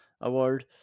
award